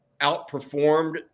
outperformed